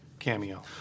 cameo